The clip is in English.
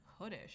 hoodish